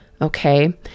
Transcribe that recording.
okay